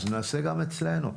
אז נעשה גם אצלנו.